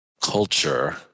culture